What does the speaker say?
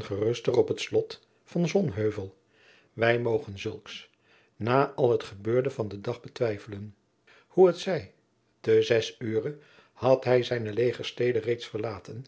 geruster op het slot van sonheuvel wij mogen zulks na al het gebeurde van den dag betwijfelen hoe het zij te zes ure had hij zijne legerstede reeds verlaten